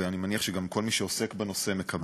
ואני מניח שגם כל מי שעוסק בנושא מקבל,